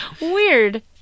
Weird